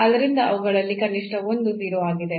ಆದ್ದರಿಂದ ಅವುಗಳಲ್ಲಿ ಕನಿಷ್ಠ ಒಂದು 0 ಆಗಿದೆ